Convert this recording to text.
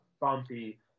bumpy